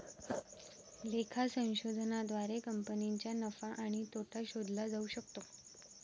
लेखा संशोधनाद्वारे कंपनीचा नफा आणि तोटा शोधला जाऊ शकतो